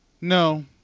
No